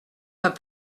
pas